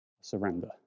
Surrender